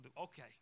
okay